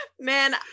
Man